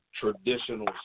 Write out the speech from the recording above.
traditional